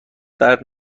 درد